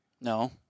No